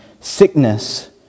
sickness